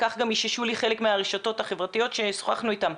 כך גם איששו לי חלק מהרשתות החברתיות ששוחחנו איתם,